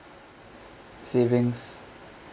savings